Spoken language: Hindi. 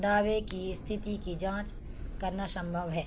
दावे की स्थिति की जाँच करना संभव है